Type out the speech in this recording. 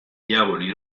diavoli